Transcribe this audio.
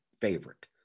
favorite